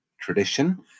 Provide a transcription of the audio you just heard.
tradition